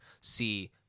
see